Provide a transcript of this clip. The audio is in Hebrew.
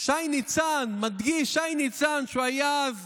שי ניצן מדגיש, שי ניצן, שהיה אז